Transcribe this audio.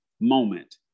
moment